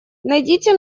найдите